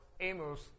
Amos